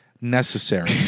necessary